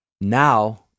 Now –